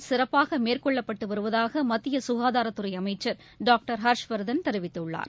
ந் சிறப்பாகமேற்கொள்ளப்பட்டுவருவதாகமத்தியசுகாதாரத்துறைஅமைச்சர் டாக்டர் ஹர்ஷவர்தன் தெரிவித்துள்ளார்